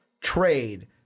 trade